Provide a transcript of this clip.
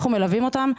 אנחנו מלווים אותן,